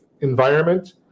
environment